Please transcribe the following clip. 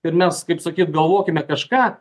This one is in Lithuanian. ir mes kaip sakyt galvokime kažką